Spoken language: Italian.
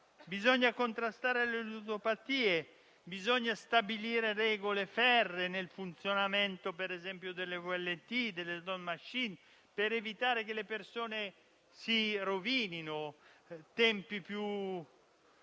Bisogna contrastare le ludopatie, bisogna stabilire regole ferree nel funzionamento, ad esempio, delle VLT e delle *slot machine*, per evitare che le persone si rovinino.